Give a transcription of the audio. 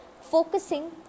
Focusing